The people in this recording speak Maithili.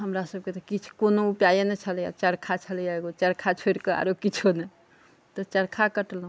हमरा सबके तऽ किछु कोनो उपाये नहि छलैए चरखा छलै हँ एगो चरखा छोरिके आरो किछो नहि तऽ चरखा कटलहुँ